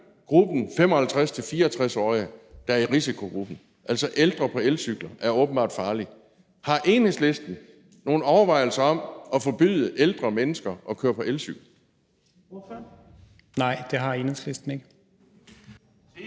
gruppen af 55-64-årige, der er i risikogruppen. Altså, ældre på elcykler er åbenbart farlige. Har Enhedslisten nogle overvejelser om at forbyde ældre mennesker at køre på elcykler? Kl. 14:56 Fjerde næstformand